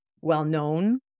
well-known